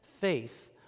faith